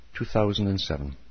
2007